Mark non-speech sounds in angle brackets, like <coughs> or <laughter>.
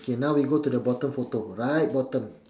<coughs> okay now we go to the bottom photo right bottom